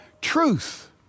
truth